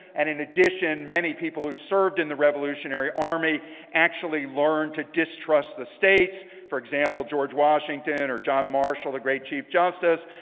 and in addition many people who served in the revolutionary army actually learned to distrust the states. for example, george washington or john marshall, the great chief justice.